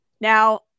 Now